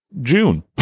June